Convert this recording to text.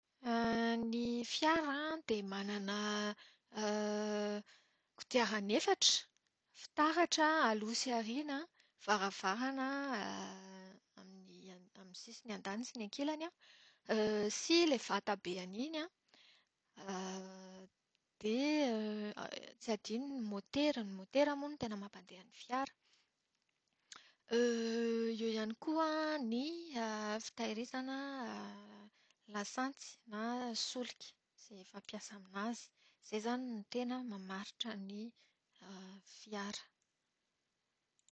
Ny fiara dia manana kodiarana efatra, fitaratra aloha sy aoriana, varavarana amin'ny sisiny andaniny sy ankilany, sy ilay vata be any iny an. Dia tsy adino ny motera. Ny motera moa no tena mampandeha ny fiara. Eo ihany koa ny fitahirizana lasantsy na solika, izay fampiasa amin'azy. Izay izany no tena mamaritra ny fiara.